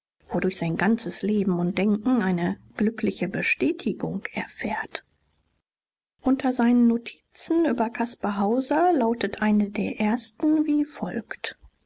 wodurch sein ganzes leben und denken eine glückliche bestätigung erfährt unter seinen notizen über caspar hauser lautete eine der ersten wie folgt